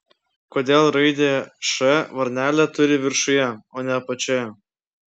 kodėl raidė š varnelę turi viršuje o ne apačioje